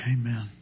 amen